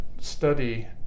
study